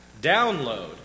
download